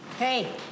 Hey